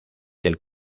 del